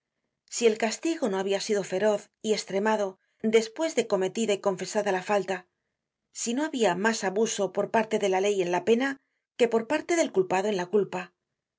si el castigo no habia sido feroz y estremado despues de cometida y confesada la falta si no habia mas abuso por parte de la ley en la pena que por parte del culpado en la culpa